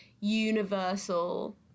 universal